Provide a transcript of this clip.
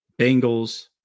Bengals